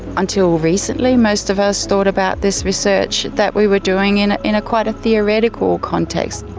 until recently most of us thought about this research that we were doing in in quite a theoretical context.